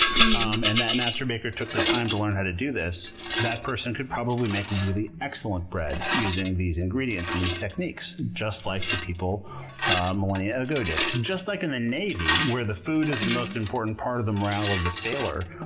um and the master baker took the time to learn how to do this, that person could probably make really excellent bread using these ingredients and these techniques just like as people millennia ago did. just like in the navy where the food is the most important part of the morale of the sailor,